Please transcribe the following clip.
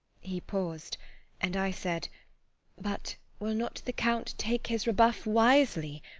he paused and i said but will not the count take his rebuff wisely?